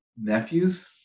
nephews